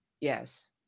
Yes